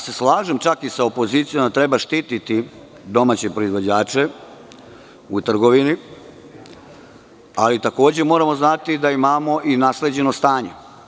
Slažem se čak i sa opozicijom da treba štititi domaće proizvođače u trgovini, ali takođe moramo znati da imamo i nasleđeno stanje.